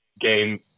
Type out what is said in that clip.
game